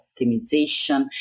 optimization